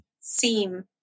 seem